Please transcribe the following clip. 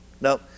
No